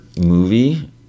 movie